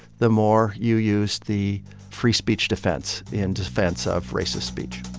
the more you use the free-speech defense in defense of racist speech